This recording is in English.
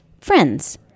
friends